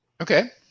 Okay